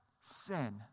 Sin